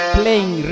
playing